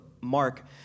mark